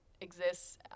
exists